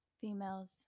Females